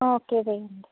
okay వెయ్యండి